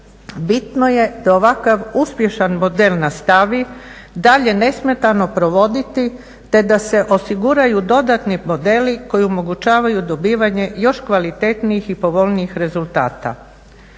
Bitno je da ovakav uspješan model nastavi dalje nesmetano provoditi te da se osiguraju dodatni modeli koji omogućavaju dobivanje još kvalitetnijih i povoljnijih rezultata.